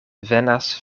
venas